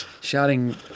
Shouting